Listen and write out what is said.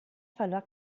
verlor